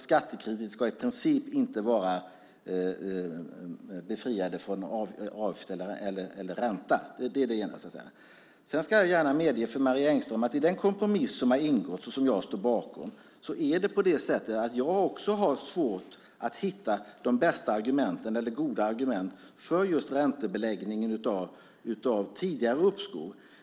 Skattekredit ska i princip inte vara befriad från ränta. Jag ska gärna medge för Marie Engström att när det gäller den kompromiss som har ingåtts och jag står bakom har också jag svårt att hitta goda argument för just räntebeläggningen av tidigare uppskov.